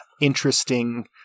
interesting